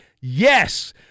yes